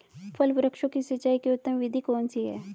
फल वृक्षों की सिंचाई की उत्तम विधि कौन सी है?